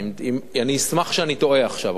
אני אשמח אם אני טועה עכשיו,